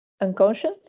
unconscious